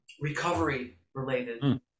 recovery-related